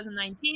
2019